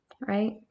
right